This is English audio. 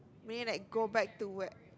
maybe like go back to where